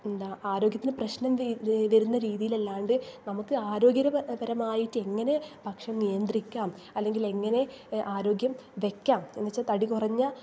എന്താണ് ആരോഗ്യത്തിന് പ്രശ്നം വരുന്ന രീതിയിലല്ലാതെ നമുക്ക് ആരോഗ്യ പരമായിട്ട് എങ്ങനെ ഭക്ഷണം നിയന്ത്രിക്കാം അല്ലെങ്കിൽ എങ്ങനെ ആരോഗ്യം വയ്ക്കാം എന്ന് വച്ചാൽ തടി കുറഞ്ഞ